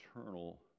eternal